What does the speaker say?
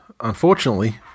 unfortunately